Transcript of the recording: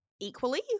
equally